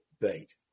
bait